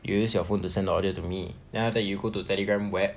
you use your phone to send the audio to me then after that you go to Telegram web